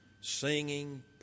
singing